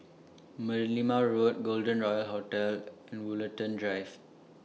Merlimau Road Golden Royal Hotel and Woollerton Drive